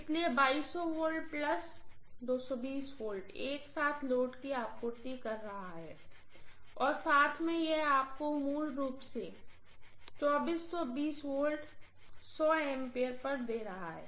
इसलिए एक साथ लोड की आपूर्ति कर रहा है और साथ में यह आपको मूल रूप से V A पर दे रहा है